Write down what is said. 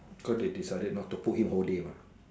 cause they decided not to put him whole day mah